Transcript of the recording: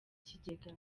kigega